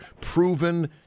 proven